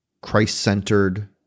Christ-centered